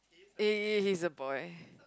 it he he's a boy